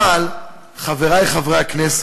אבל, חברי חברי הכנסת,